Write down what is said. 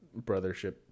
brothership